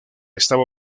estaba